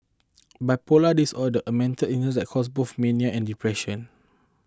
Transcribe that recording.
bipolar disorder a mental illness that cause both mania and depression